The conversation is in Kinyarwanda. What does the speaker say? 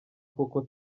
koko